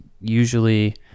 usually